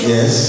Yes